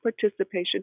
participation